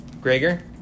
Gregor